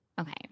okay